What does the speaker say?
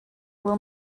will